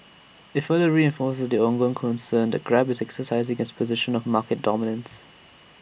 IT further reinforces the ongoing concern that grab is exercising its position of market dominance